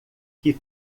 que